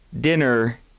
dinner